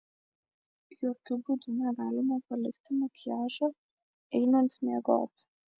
jokiu būdu negalima palikti makiažo einant miegoti